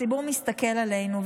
הציבור מסתכל עלינו.